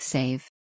Save